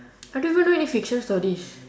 I don't even know any fiction stories